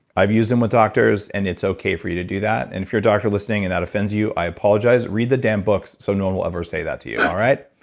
i've used them with doctors and it's okay for you to do that. and if you're a doctor listening and that offense you, i apologize. read the damn books so no one will ever say that to you, all right?